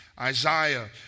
Isaiah